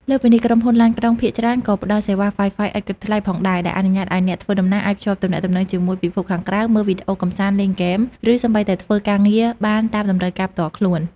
លើសពីនេះ ក្រុមហ៊ុនឡានក្រុងភាគច្រើនក៏ផ្តល់សេវា Wi-Fi ឥតគិតថ្លៃ ផងដែរ ដែលអនុញ្ញាតឱ្យអ្នកដំណើរអាចភ្ជាប់ទំនាក់ទំនងជាមួយពិភពខាងក្រៅ មើលវីដេអូកម្សាន្ត លេងហ្គេម ឬសូម្បីតែធ្វើការងារបានតាមតម្រូវការផ្ទាល់ខ្លួន។